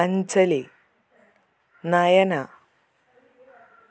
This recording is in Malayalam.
അഞ്ജലി നയന